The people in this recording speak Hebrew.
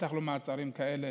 ובטח לא במעצרים כאלה.